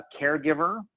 caregiver